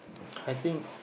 I think